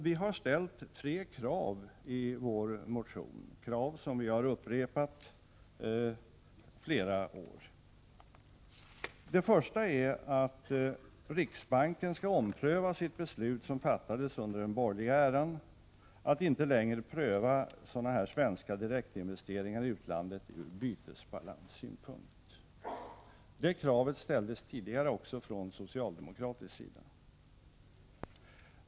Vi har ställt tre krav i vår motion, krav som vi har upprepat flera år. Det första är att riksbanken skall ompröva sitt beslut, som fattades under den borgerliga eran, att inte längre pröva sådana här svenska direktinvesteringar i utlandet ur bytesbalanssynpunkt. Det kravet ställdes tidigare också från socialdemokratisk sida.